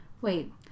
Wait